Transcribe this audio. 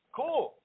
cool